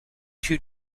due